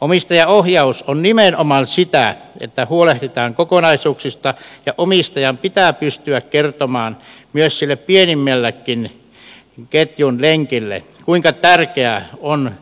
omistajaohjaus on nimenomaan sitä että huolehditaan kokonaisuuksista ja omistajan pitää pystyä kertomaan sille pienimmällekin ketjun lenkille kuinka tärkeää on